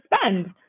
spend